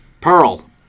Pearl